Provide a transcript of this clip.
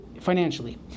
financially